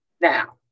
Now